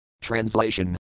Translation